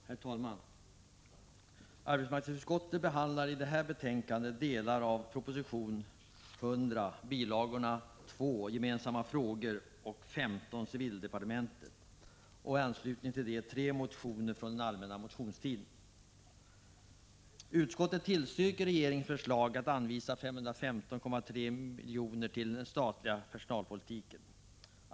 Herr talman! Arbetsmarknadsutskottet behandlar i detta betänkande delar av proposition 1985/86:100, bilagorna 2 och 15 , samt i anslutning därtill tre motioner från allmänna motionstiden i år. Utskottet tillstyrker regeringens förslag att anvisa 515,3 milj.kr. till den statliga personalpolitiken.